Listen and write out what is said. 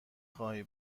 خواهی